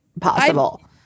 possible